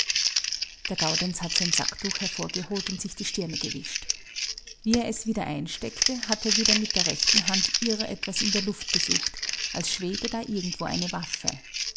der gaudenz hat sein sacktuch hervorgeholt und sich die stirne gewischt wie er es wieder einsteckte hat er wieder mit der rechten hand irr etwas in der luft gesucht als schwebe da irgendwo eine waffe